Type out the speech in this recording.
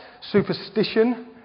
Superstition